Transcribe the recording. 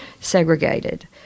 segregated